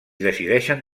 decideixen